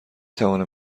توانم